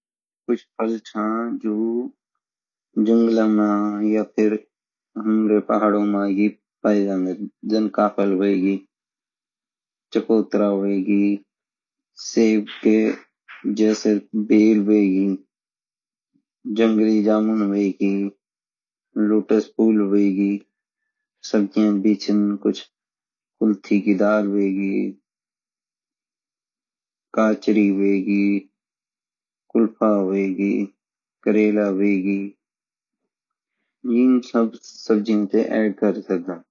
कच फल छा जो जंगल मा या फिर हमरा पहाड़ो मई ही पाया जांदा जान काफल गुइगी चकोतरा सऐब बैर जंगली जामुन लोटस फूल सब्जिया भी छीन कुछ कुल्थी की दाल कचरी कुलफा करेला ें सब क्र सकदा